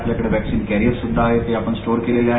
आपल्याकडे vaccine carrier स्रध्दा आहेत ते आपण स्टोअर केलेले आहेत